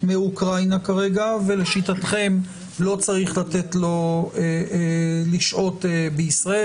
מאוקראינה כרגע ולשיטתכם לא צריך לתת לו לשהות בישראל,